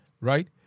right